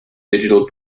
digital